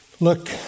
look